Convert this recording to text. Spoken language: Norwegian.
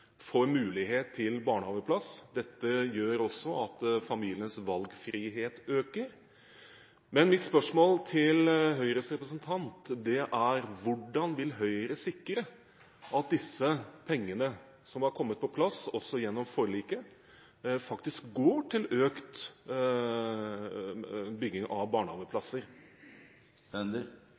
får mulighet til barnehageplass. Dette gjør også at familienes valgfrihet øker. Men mitt spørsmål til Høyres representant er: Hvordan vil Høyre sikre at pengene som har kommet på plass også gjennom forliket, faktisk går til økt bygging av barnehageplasser?